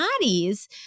bodies